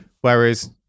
Whereas